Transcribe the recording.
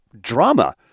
drama